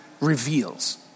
reveals